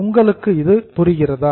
உங்களுக்கு இது புரிகிறதா